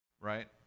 right